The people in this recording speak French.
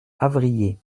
avrillé